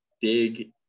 big